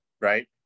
right